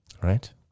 Right